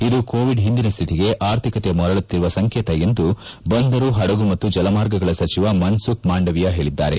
ಇದು ಕೋವಿಡ್ ಹಿಂದಿನ ಸ್ಹಿತಿಗೆ ಆರ್ಥಿಕತೆ ಮರಳುತ್ತಿರುವ ಸಂಕೇತ ಎಂದು ಬಂದರು ಪಡಗು ಮತ್ತು ಜಲಮಾರ್ಗಗಳ ಸಚಿವ ಮನ್ಸುಖ್ ಮಾಂಡವೀಯ ಹೇಳಿದ್ದಾರೆ